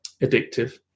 addictive